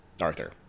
Arthur